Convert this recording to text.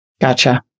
gotcha